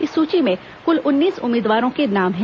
इस सूची में कुल उन्नीस उम्मीदवारों के नाम हैं